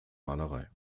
malerei